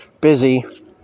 busy